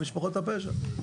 במשפחות הפשע,